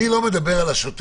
אני לא מדבר על השוטף.